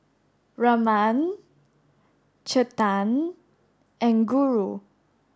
Raman Chetan and Guru